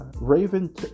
Raven